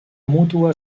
mútua